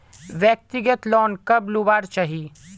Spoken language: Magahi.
व्यक्तिगत लोन कब लुबार चही?